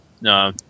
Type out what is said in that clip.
No